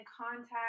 contact